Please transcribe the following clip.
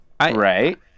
Right